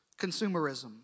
consumerism